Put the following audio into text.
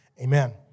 Amen